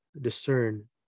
discern